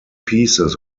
pieces